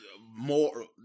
more